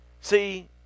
See